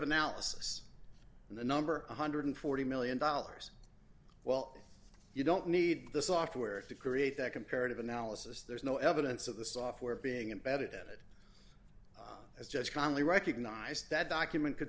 analysis and the number one hundred and forty million dollars well you don't need the software to create that comparative analysis there's no evidence of the software being embedded in it as just commonly recognized that document could